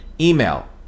email